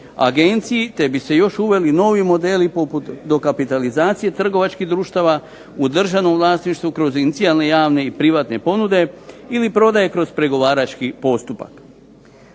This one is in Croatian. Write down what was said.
agenciji te bi se još uveli novi modeli poput dokapitalizacije trgovačkih društava u državnoj vlasništvu kroz inicijalne, javne i privatne ponude ili prodaje kroz pregovarački postupak.